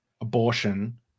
abortion